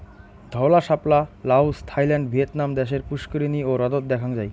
ধওলা শাপলা Laos, Thailand, Vietnam দ্যাশের পুস্কুরিনী ও হ্রদত দ্যাখাং যাই